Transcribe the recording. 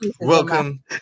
welcome